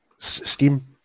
steam